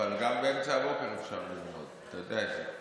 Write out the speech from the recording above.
אבל גם באמצע הבוקר אפשר ללמוד, אתה יודע את זה.